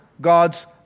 God's